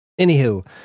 Anywho